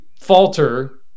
falter